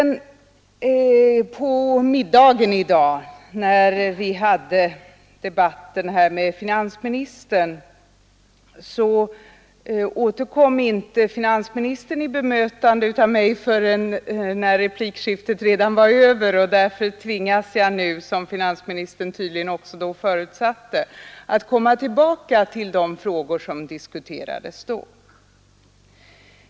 När vi på middagen i dag debatterade detta återkom inte finansmi nistern i bemötande av mig förrän replikskiftet redan var över, och därför tvingas jag nu, som finansministern tydligen också förutsatte, komma tillbaka till de frågor som diskuterades då.